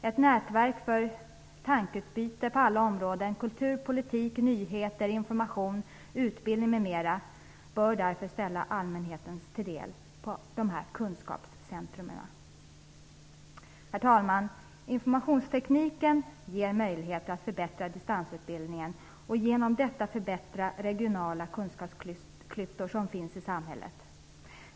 Ett nätverk för tankeutbyte på alla områden: kultur, politik, nyheter, information, utbildning m.m. bör ställas till allmänhetens förfogande på kunskapscentrumen. Herr talman! Informationstekniken ger möjligheter att förbättra distansutbildningen och härigenom att överbrygga regionala kunskapsklyftor i samhället.